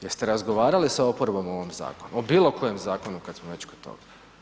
Jeste razgovarali sa oporbom o ovom zakonu, o bilo kojem zakonu kada smo već kod toga?